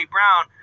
Brown